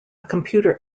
computer